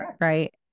Right